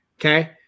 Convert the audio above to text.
Okay